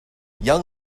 young